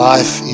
Life